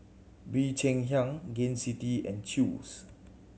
Bee Cheng Hiang Gain City and Chew's